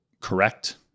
correct